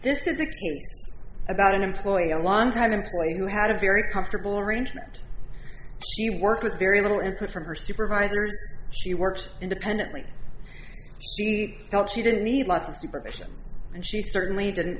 this is about an employee a longtime employee who had a very comfortable arrangement work with very little input from her supervisors she works independently well she didn't need lots of supervision and she certainly didn't